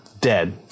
Dead